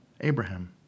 Abraham